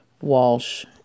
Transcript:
walsh